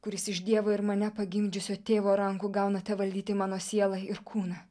kuris iš dievo ir mane pagimdžiusio tėvo rankų gaunate valdyti mano sielą ir kūną